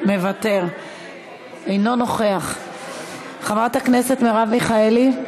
אינו נוכח, חברת הכנסת מרב מיכאלי?